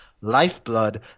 Lifeblood